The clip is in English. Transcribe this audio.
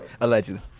Allegedly